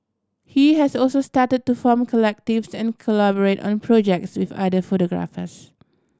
he has also started to form collectives and collaborate on projects with other photographers